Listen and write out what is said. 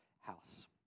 house